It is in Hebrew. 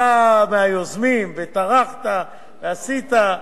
אתה מהיוזמים, וטרחת ועשית.